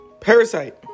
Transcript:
Parasite